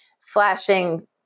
flashing